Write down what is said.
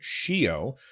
Shio